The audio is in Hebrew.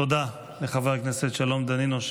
תודה לחבר הכנסת שלום דנינו,